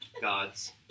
God's